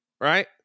right